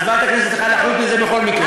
אז ועדת הכנסת צריכה להחליט בזה בכל מקרה.